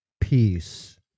peace